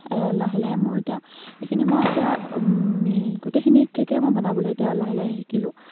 লাহে লাহে মোৰ এতিয়া এইখিনি মই এতিয়া গোটেইখিনি কে'কে মই বনাবলৈ এতিয়া লাহে লাহে শিকিলোঁ